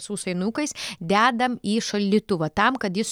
sausainukais dedam į šaldytuvą tam kad jis